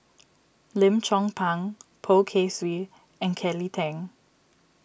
Lim Chong Pang Poh Kay Swee and Kelly Tang